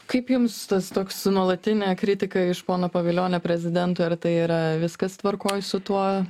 kaip jums tas toks nuolatinė kritika iš pono pavilionio prezidentui ar tai yra viskas tvarkoj su tuo